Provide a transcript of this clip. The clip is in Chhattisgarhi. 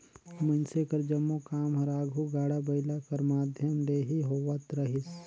मइनसे कर जम्मो काम हर आघु गाड़ा बइला कर माध्यम ले ही होवत रहिस